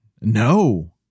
No